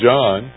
John